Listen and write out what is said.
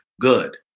good